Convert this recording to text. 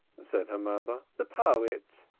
said her mother. the poet!